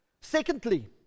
Secondly